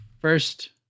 first